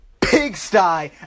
pigsty